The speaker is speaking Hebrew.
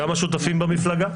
גם השותפים במפלגה.